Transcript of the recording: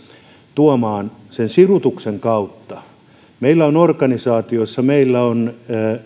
tuomaan sen sirutuksen kautta meillä on organisaatioita meillä on